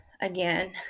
again